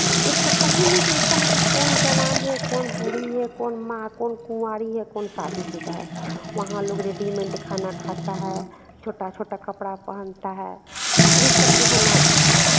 वो पता ही नहीं चलता है कि कौन जवान है कौन बूढ़ी है कौन माँ कौन कुँवारी है कौन शादीशुदा है वहाँ लोग रेडीमेड खाना खाता है छोटा छोटा कपड़ा पहनता है ई सब जो है ना